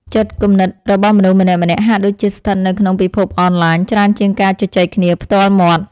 ចិត្តគំនិតរបស់មនុស្សម្នាក់ៗហាក់ដូចជាស្ថិតនៅក្នុងពិភពអនឡាញច្រើនជាងការជជែកគ្នាផ្ទាល់មាត់។